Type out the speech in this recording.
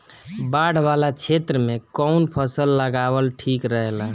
बाढ़ वाला क्षेत्र में कउन फसल लगावल ठिक रहेला?